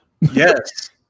Yes